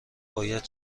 باید